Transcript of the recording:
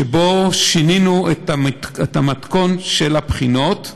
שבו שינינו את המתכונת של הבחינות: